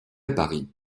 paris